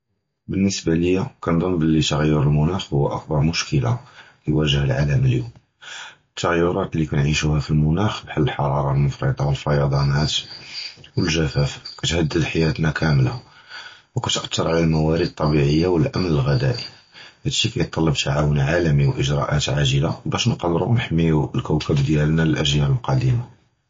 בֶּנְסְבַּא לִיָא כּנְצַנּ בְּלִי תְּغַיְּר הַמְּנָאח הוּוּ אַקְּבַּר מְשְקְּלָה כִּיַּאוּגְ'ה הָעָלַם לִיוּם, הַתַּغְיְּרַאת לִי כּנְעַיִשּׁוּהּוּם פִי הַמְּנָאח בְּחָאל הַחַרַארָה הַמֻּפְרַטָה וְהַפַיְדָאנַאת וְהַגָּ'פָאפ כִּתְהַדֵּד חַיַּאתְנָא כָּאמְלָה, וְכִתְאַתִּיר עַל הַמָּרוּאָד הַטִּבְעִיִּים וְהַאַמְּן הַגִּ'זָאאִי, הַדָּא שִׁי כִּיַּתְטַלַּב תְּעַאוּנ עָלַמִי וְאִגְ'רָאוּآت עַאג'לָה בַּשּׁ נְקַדְּרוּ נְחַמּוּ לַכּוּכַּב דִיָּאלְנָא לְאַג'יַאל הַקָּאדִמִין.